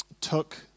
took